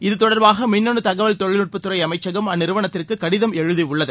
இது தொடர்பாக மின்னனு தகவல் தொழில்நுட்பத்துறை அமைச்சகம் அந்நிறுவனத்திற்கு கடிதம் எழுதியுள்ளது